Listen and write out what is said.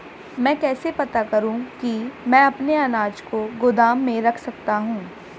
मैं कैसे पता करूँ कि मैं अपने अनाज को गोदाम में रख सकता हूँ?